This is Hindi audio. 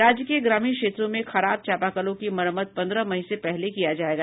राज्य के ग्रामीण क्षेत्रों में खराब चापाकलों की मरम्मत पन्द्रह मई से पहले किया जायेगा